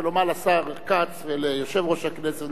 ולומר לשר כץ וליושב-ראש הכנסת,